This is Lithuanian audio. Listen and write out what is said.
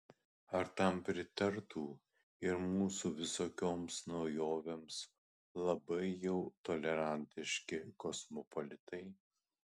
ar tam pritartų ir mūsų visokioms naujovėms labai jau tolerantiški kosmopolitai